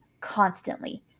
constantly